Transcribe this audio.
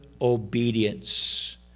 obedience